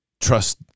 trust